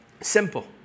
simple